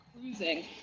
cruising